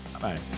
bye